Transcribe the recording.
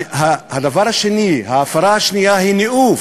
הדבר השני, ההפרה השנייה היא ניאוף,